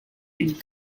and